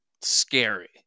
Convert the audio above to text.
scary